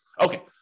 Okay